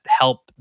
help